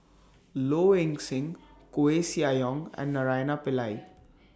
Low Ing Sing Koeh Sia Yong and Naraina Pillai